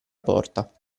porta